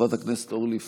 חברת הכנסת אורלי פרומן,